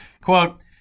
Quote